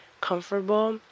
comfortable